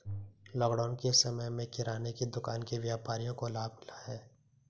lockdown के समय में किराने की दुकान के व्यापारियों को लाभ मिला है